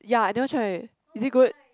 ya I never try eh is it good